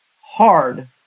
hard